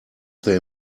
they